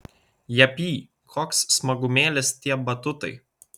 japy koks smagumėlis tie batutai